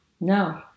No